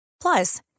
Plus